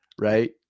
right